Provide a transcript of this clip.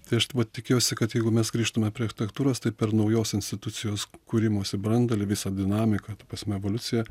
tai aš taip vat tikiuosi kad jeigu mes grįžtume prie architektūros tai per naujos institucijos kūrimosi branduolį visą dinamiką ta prasme evoliuciją